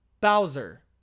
Bowser